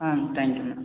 ah thank you ma'am